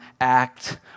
act